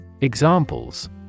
Examples